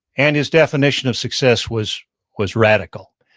and his definition of success was was radical.